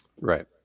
Right